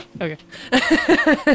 Okay